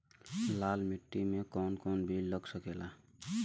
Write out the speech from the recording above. लाल मिट्टी में कौन कौन बीज लग सकेला?